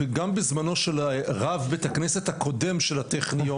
גם בזמנו של רב בית הכנסת הקודם של הטכניון